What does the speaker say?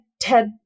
Ted